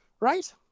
right